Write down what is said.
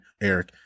Eric